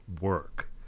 work